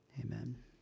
Amen